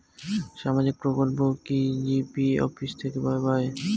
সামাজিক প্রকল্প কি জি.পি অফিস থেকে দেওয়া হয়?